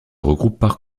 regroupent